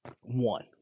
one